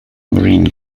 marine